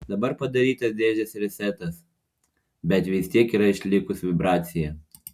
dabar padarytas dėžės resetas bet vis tiek yra išlikus vibracija